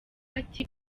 ati